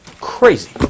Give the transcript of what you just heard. crazy